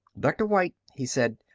dr. white, he said,